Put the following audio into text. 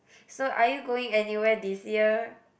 so are you going anywhere this year